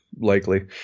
likely